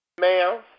Ma'am